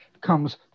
comes